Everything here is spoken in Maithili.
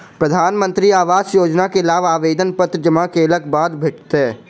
प्रधानमंत्री आवास योजना के लाभ आवेदन पत्र जमा केलक बाद भेटत